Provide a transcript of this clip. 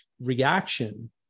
reaction